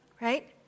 Right